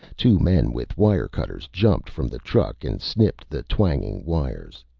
two men with wire cutters, jumped from the truck and snipped the twanging wires.